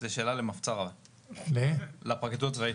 זו שאלה לפרקליטות הצבאית.